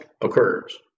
occurs